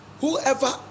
whoever